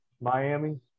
Miami